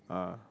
ah